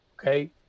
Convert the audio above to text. Okay